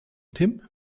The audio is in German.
tim